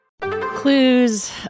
Clues